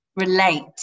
relate